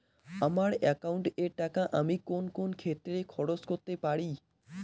আমার একাউন্ট এর টাকা আমি কোন কোন ক্ষেত্রে খরচ করতে পারি?